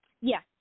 Yes